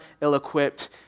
ill-equipped